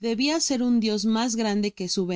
debia ser un dios mas grande que su